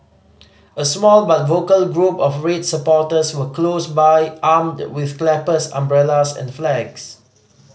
a small but vocal group of red supporters were close by armed with clappers umbrellas and flags